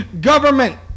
government